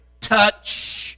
touch